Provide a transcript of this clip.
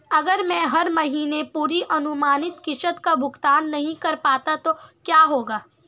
अगर मैं हर महीने पूरी अनुमानित किश्त का भुगतान नहीं कर पाता तो क्या होगा?